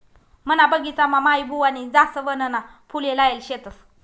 मना बगिचामा माईबुवानी जासवनना फुले लायेल शेतस